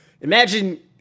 Imagine